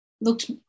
looked